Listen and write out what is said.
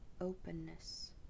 openness